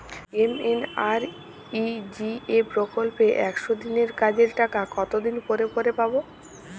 MNREGA প্রকল্পে একশ দিনের কাজের টাকা কতদিন পরে পরে পাব?